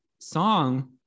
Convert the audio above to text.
song